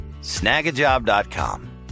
Snagajob.com